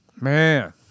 Man